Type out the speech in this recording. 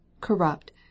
corrupt